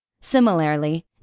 Similarly